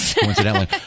coincidentally